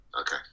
Okay